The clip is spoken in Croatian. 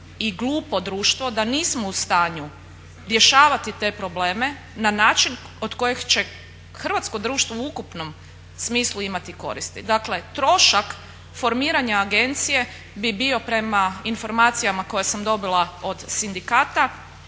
i glupo društvo da nismo u stanju rješavati te probleme na način od kojeg će hrvatsko društvo u ukupnom smislu imati koristi. Dakle, trošak formiranja agencije bi bio prema informacijama koje sam dobila od sindikata